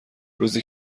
روزی